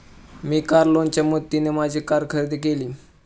मी car लोनच्या मदतीने माझी कार खरेदी केली